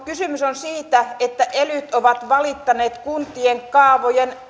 kysymyshän on siitä että elyt ovat valittaneet kuntien kaavojen